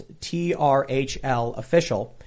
trhlofficial